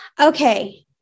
Okay